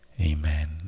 Amen